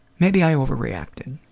maybe i over-reacted.